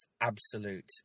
absolute